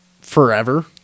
forever